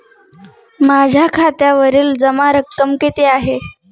माझ्या खात्यावरील जमा रक्कम किती आहे?